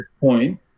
point